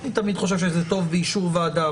אני תמיד חושב שזה טוב באישור ועדה,